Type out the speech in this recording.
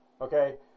Okay